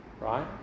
right